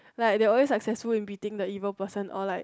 like their always successful in beating the evil person or like